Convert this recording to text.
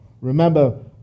Remember